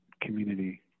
community